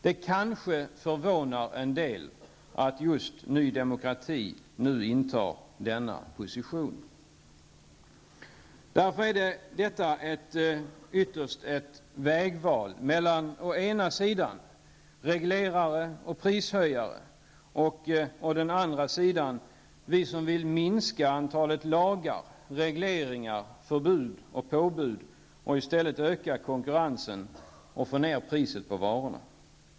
Det kanske förvånar en del att just Ny Demokrati intar denna position. Därför är detta ytterst ett vägval mellan å ena sidan reglerare och prishöjare och å den andra sidan oss som vill minska antalet lagar, regleringar, förbud och påbud och i stället öka konkurrensen och få ned priset på varorna.